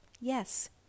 Yes